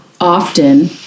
often